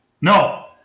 No